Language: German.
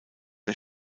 der